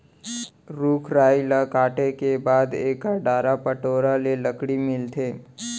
रूख राई ल काटे के बाद एकर डारा पतोरा ले लकड़ी मिलथे